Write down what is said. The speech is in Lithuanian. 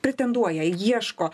pretenduoja ieško